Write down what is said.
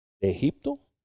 ¿Egipto